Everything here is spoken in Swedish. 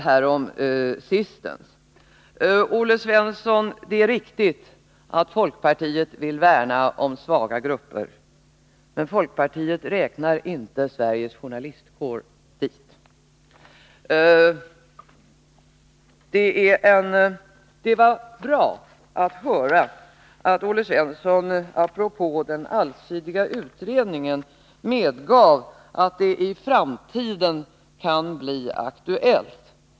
Det är riktigt, Olle Svensson, att folkpartiet vill värna om svaga grupper. Men folkpartiet räknar inte Sveriges journalistkår dit. Det var bra-att höra att Olle Svensson apropå den allsidiga utredningen medgav att en sådan i framtiden kan bli aktuell.